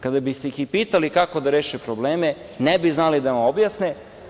Kada biste ih i pitali kako da reše probleme, ne bi znali da vam objasne.